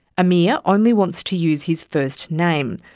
amir only wants to use his first name.